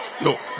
No